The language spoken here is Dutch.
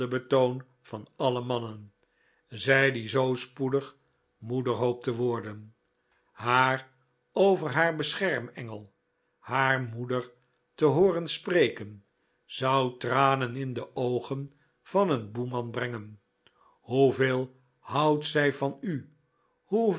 huldebetoon van alle mannen zij die zoo spoedig moeder hoopt te worden haar over haar beschermengel haar moeder te hooren spreken zou tranen in de oogen van een boeman brengen hoeveel houdt zij van u